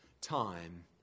time